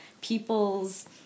people's